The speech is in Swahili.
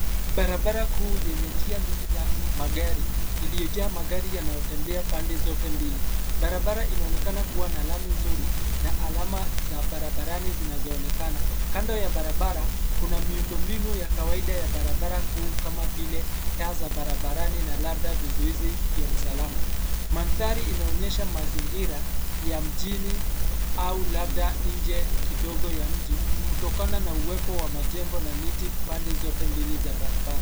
Barabara kuu yenye njia nyingi za magari, iliyojaa magari yanayotembea pande zote mbili. Barabara inaonekana kuwa na lami nzuri na alama za barabarani zinazoonekana. Kando ya barabara, kuna miundo mbinu ya kawaida ya barabara kuu kama vile taa za barabarani na labda vizuizi vya usalama. Mandhari inaonyesha mazingira, ya mjini, au labda nje, kidogo ya mji, kutokana na uwepo wa majengo na miti pande zote mbili za barabara.